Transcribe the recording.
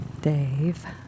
Dave